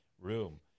room